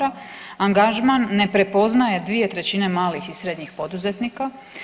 Angažman ne prepoznaje 2/3 malih i srednjih poduzetnika.